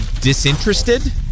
disinterested